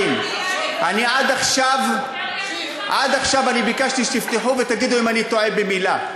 עד עכשיו ביקשתי שתפתחו ותגידו אם אני טועה במילה.